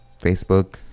Facebook